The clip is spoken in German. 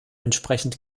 entsprechend